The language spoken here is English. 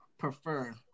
Prefer